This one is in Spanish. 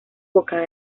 boca